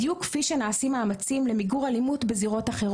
בדיוק כפי שנעשים מאמצים למיגור אלימות בזירות אחרות.